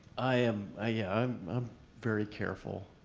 i'm ah yeah i'm very careful,